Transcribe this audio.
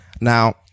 now